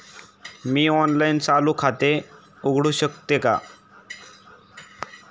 मी online चालू खाते उघडू शकते का?